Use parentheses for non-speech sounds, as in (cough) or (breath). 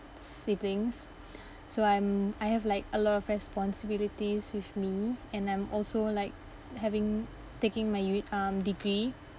siblings (breath) so I'm I have like a lot of responsibilities with me and I'm also like having taking my u~ um degree